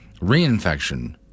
reinfection